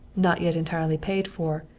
not yet entirely paid for,